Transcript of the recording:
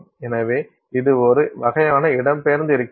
எனவே இது ஒரு வகையான இடம் பெயர்ந்து இருக்கிறது